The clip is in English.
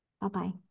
Bye-bye